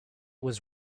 was